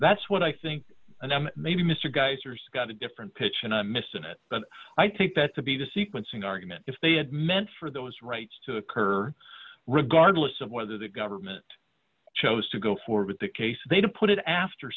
that's what i think and i'm maybe mister geysers got a different pitch and i missed it but i think that to be the sequencing argument if they had meant for those rights to occur regardless of whether the government chose to go forward with the case they didn't put it after